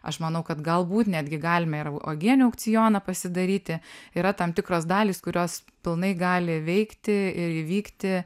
aš manau kad galbūt netgi galime ir uogienių aukcioną pasidaryti yra tam tikros dalys kurios pilnai gali veikti ir įvykti